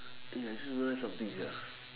eh I just realise something sia